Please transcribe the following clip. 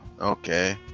okay